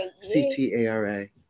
C-T-A-R-A